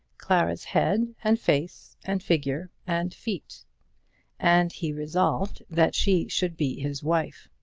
clara's head and face and figure and feet and he resolved that she should be his wife.